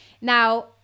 Now